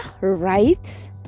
right